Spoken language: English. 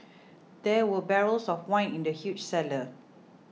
there were barrels of wine in the huge cellar